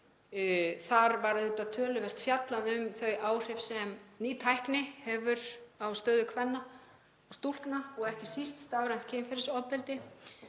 Þar var töluvert fjallað um þau áhrif sem ný tækni hefur á stöðu kvenna og stúlkna, ekki síst stafrænt kynferðisofbeldi